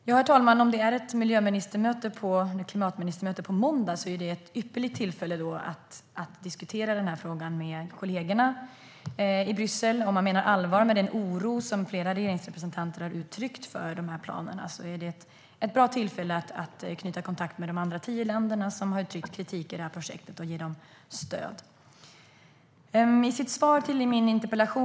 Herr talman! Om det är ett klimatministermöte på måndag är det ett ypperligt tillfälle att diskutera den här frågan med kollegorna i Bryssel. Om man menar allvar med den oro som flera regeringsrepresentanter har uttryckt över de här planerna är detta ett bra tillfälle att knyta kontakt med de andra tio länder som har uttryckt kritik mot projektet och ge dem stöd.